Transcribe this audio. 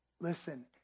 listen